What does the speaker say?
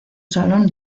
salón